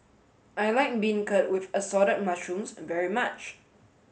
I like Beancurd with Assorted Mushrooms very much